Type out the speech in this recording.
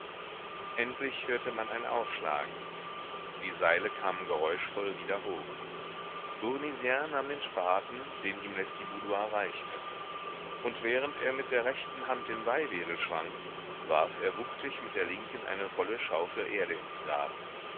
endlich hörte man ein aufschlagen die seile kamen geräuschvoll wieder hoch bournisien nahm den spaten den ihm lestiboudois reichte und während er mit der rechten hand den weihwedel schwang warf er wuchtig mit der linken eine volle schaufel erde ins grab